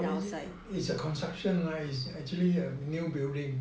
it's a construction lah is actually a new building